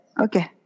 Okay